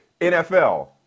NFL